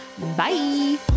Bye